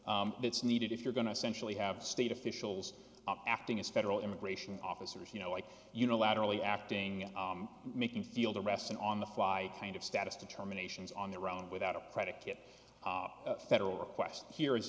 thing that's needed if you're going to centrally have state officials acting as federal immigration officers you know like unilaterally acting making field arrests and on the fly kind of status determinations on their own without a predicate federal request here is